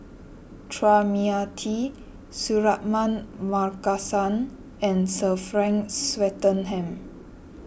Chua Mia Tee Suratman Markasan and Sir Frank Swettenham